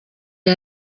iyo